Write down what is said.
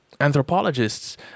Anthropologists